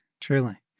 truly